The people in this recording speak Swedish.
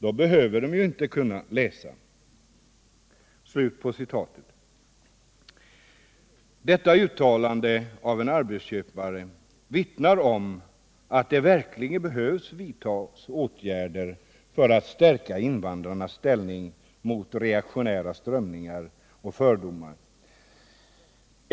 Då behöver de inte kunna läsa.” Detta uttalande av en arbetsköpare vittnar om att det verkligen behöver vidtas åtgärder för att förstärka invandrarnas ställning mot reaktionära strömningar.